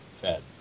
Fed